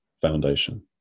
foundation